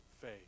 faith